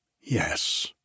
Yes